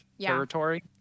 territory